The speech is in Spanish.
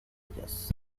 ellas